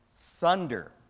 thunder